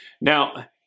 Now